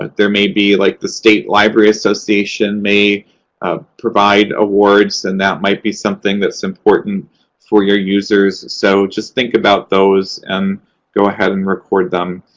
there may be like, the state library association may ah provide awards, and that might be something that's important for your users. so, just think about those and go ahead and record them.